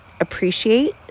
appreciate